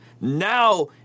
Now